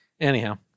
Anyhow